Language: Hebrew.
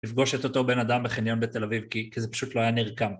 לפגוש את אותו בן אדם בחניון בתל אביב, כי... כי זה פשוט לא היה נרקם.